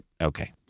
Okay